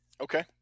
Okay